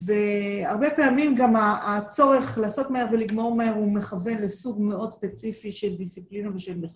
והרבה פעמים גם הצורך לעשות מהר ולגמור מהר הוא מכוון לסוג מאוד ספציפי של דיסיפלינה ושל מ...